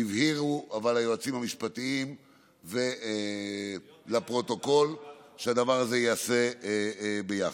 אבל היועצים המשפטיים הבהירו לפרוטוקול שהדבר הזה ייעשה ביחד.